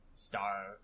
star